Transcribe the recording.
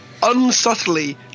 unsubtly